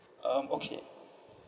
um okay